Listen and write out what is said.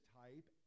type